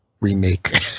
remake